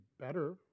better